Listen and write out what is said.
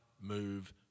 move